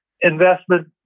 investment